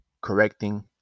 correcting